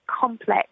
complex